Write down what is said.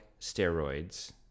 steroids